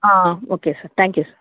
okay sir thank you sir